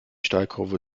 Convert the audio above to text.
steilkurve